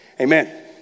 Amen